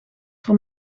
voor